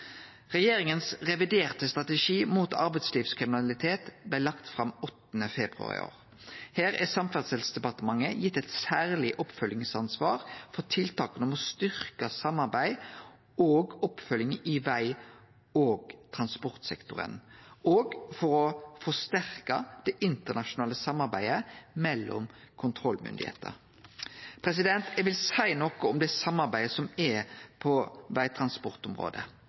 Regjeringas reviderte strategi mot arbeidslivskriminalitet blei lagd fram 8. februar i år. Her er Samferdselsdepartementet gitt eit særleg oppfølgingsansvar for tiltaka for å styrkje samarbeid og oppfølging i veg- og transportsektoren og for å forsterke det internasjonale samarbeidet mellom kontrollmyndigheitene. Eg vil seie noko om det samarbeidet som er på vegtransportområdet,